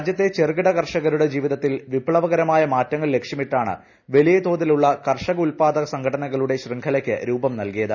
രാജ്യത്തെ ചെറുകിട കർഷകരുടെ ജീവിതത്തിൽ വിപ്ലവകരമായ മാറ്റങ്ങൾ ലക്ഷ്യമിട്ടാണ് വലിയതോതിലുള്ള കർഷക ഉൽപാദ സംഘടനകളുടെ ശൃംഖലയ്ക്ക് രൂപം നൽകിയത്